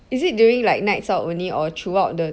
is it like during nights out only or throughout the